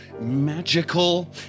magical